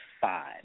five